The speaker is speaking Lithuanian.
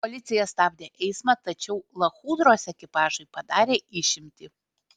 policija stabdė eismą tačiau lachudros ekipažui padarė išimtį